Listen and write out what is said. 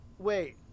Wait